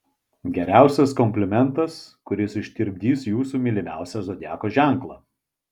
geriausias komplimentas kuris ištirpdys jūsų mylimiausią zodiako ženklą